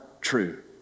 true